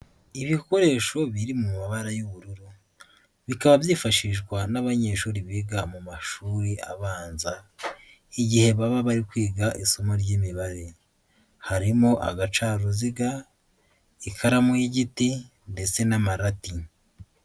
Ibikoresho biri mu mabara y'ubururu, bikaba byifashishwa n'abanyeshuri biga mu mashuri abanza, igihe baba bari kwiga isomo ry'imibare, harimo agacaruziga, ikaramu y'igiti ndetse n'amarati.